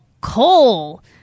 coal